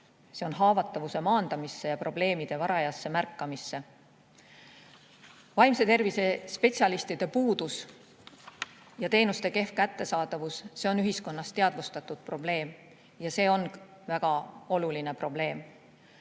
see on haavatavuse maandamisse ja probleemide varajasse märkamisse. Vaimse tervise spetsialistide puudus ja teenuste kehv kättesaadavus on ühiskonnas teadvustatud probleem ja see on väga oluline probleem.